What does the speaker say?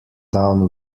down